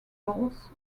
dolls